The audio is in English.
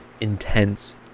intense